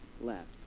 left